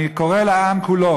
אני קורא לעם כולו